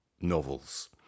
novels